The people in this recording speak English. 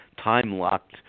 time-locked